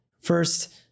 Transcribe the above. first